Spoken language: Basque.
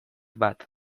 bat